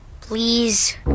Please